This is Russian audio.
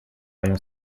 моем